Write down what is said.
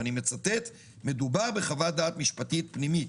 ואני מצטט: "מדובר בחוות דעת משפטית פנימית".